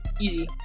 Easy